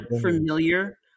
familiar